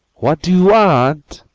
what do you wa-ant?